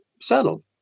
settled